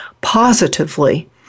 positively